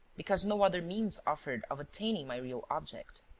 because no other means offered of attaining my real object.